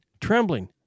trembling